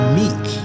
meek